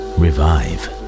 revive